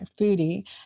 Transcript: foodie